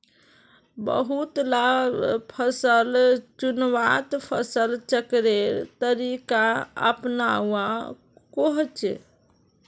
बहुत ला फसल चुन्वात फसल चक्रेर तरीका अपनुआ कोह्चे